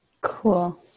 Cool